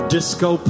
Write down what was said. Disco